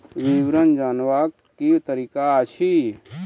विवरण जानवाक की तरीका अछि?